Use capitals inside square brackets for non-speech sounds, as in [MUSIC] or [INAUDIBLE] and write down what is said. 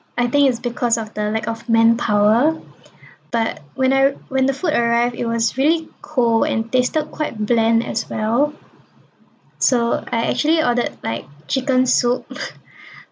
I think is because of the lack of manpower [BREATH] but when I when the food arrived it was really cold and tasted quite blend as well so I actually ordered like chicken soup [LAUGHS]